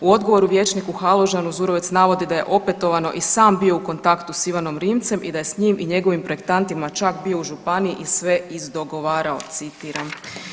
U odgovoru vijećniku Halužanu Zurovec navodi da je opetovano i sam bio u kontaktu s Ivanom Rimcem i da je s njim i njegovim projektantima čak bio u županiji i sve izdogovarao, citiram.